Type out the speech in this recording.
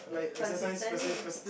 consistently